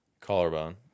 collarbone